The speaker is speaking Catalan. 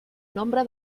nombre